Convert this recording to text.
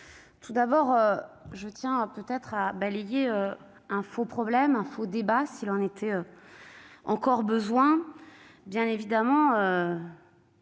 collègues, je tiens tout d'abord à balayer un faux problème, un faux débat, s'il en était encore besoin. Bien évidemment,